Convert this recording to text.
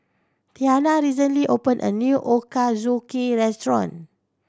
Tiana recently opened a new Ochazuke restaurant